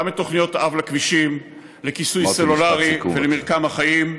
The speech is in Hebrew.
גם תוכניות אב לכבישים לכיסוי סלולרי ולמרקם החיים.